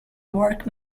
work